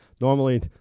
normally